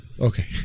Okay